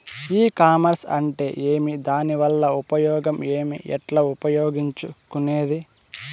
ఈ కామర్స్ అంటే ఏమి దానివల్ల ఉపయోగం ఏమి, ఎట్లా ఉపయోగించుకునేది?